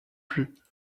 plus